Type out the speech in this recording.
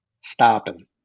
stopping